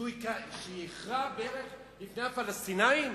שהוא יכרע ברך לפני הפלסטינים?